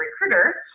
recruiter